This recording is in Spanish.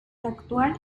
actual